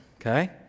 okay